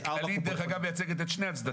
וכללית, דרך אגב, מייצגת את שני הצדדים.